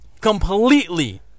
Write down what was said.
completely